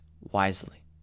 wisely